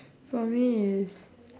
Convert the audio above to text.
for me is